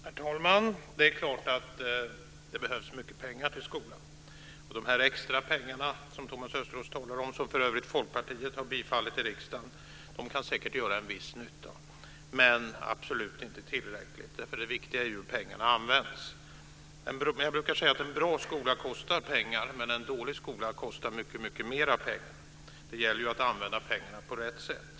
Herr talman! Det är klart att det behövs mycket pengar till skolan. De extra pengar som Thomas Östros talar om, som för övrigt Folkpartiet har bifallit i riksdagen, kan säkert göra en viss nytta, men absolut inte tillräckligt. Det viktiga är ju hur pengarna används. Jag brukar säga att en bra skola kostar pengar, men en dålig skola kostar mycket mer pengar. Det gäller ju att använda pengarna på rätt sätt.